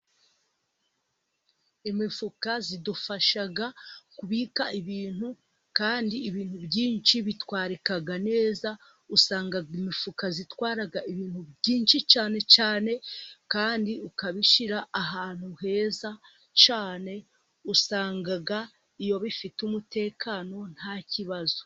Imifuka idufasha kubika ibintu, kandi ibintu byinshi bitwarika neza. Usanga imifuka itwara ibintu byinshi cyane cyane kandi ukabishira ahantu heza cyane usanga iyo bifite umutekano nta kibazo.